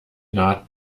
naht